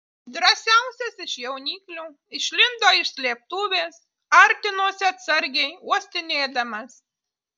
drąsiausias iš jauniklių išlindo iš slėptuvės artinosi atsargiai uostinėdamas